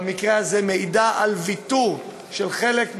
במקרה הזה, מעידה על ויתור של חלק מהסמכויות,